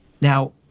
Now